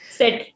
set